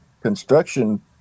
construction